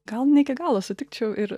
gal ne iki galo sutikčiau ir